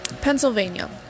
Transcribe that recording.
Pennsylvania